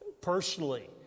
personally